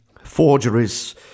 Forgeries